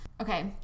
Okay